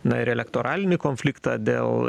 na ir elektoralinį konfliktą dėl